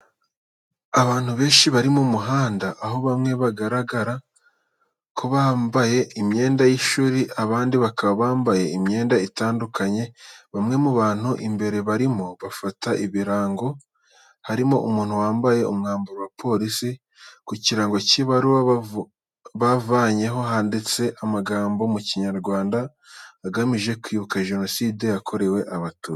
Abantu benshi bari mu muhanda aho bamwe bigaragara ko bambaye imyenda y'ishuri abandi bakaba bambaye imyenda itandukanye. Bamwe mu bantu imbere barimo bafata ibirango harimo umuntu wambaye umwambaro wa polisi. Ku kirango cy'ibaruwa bavanyeho, handitse amagambo mu Kinyarwanda agamije kwibuka Genocide yakorewe Abatutsi.